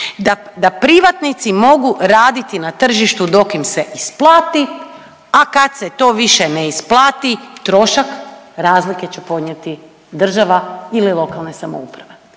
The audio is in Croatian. da privatnici mogu raditi na tržištu dok im se isplati, a kad se to više ne isplati trošak razlike će podnijeti država ili lokalne samouprave.